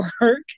work